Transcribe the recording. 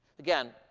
again,